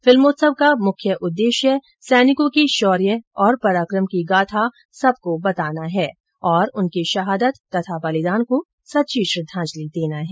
फिल्मोत्सव का मुख्य उद्देश्य सैनिकों के शौर्य और पराक्रम की गाथा सबको बताना है और उनके शहादत और बलिदान को सच्ची श्रद्वांजलि देना है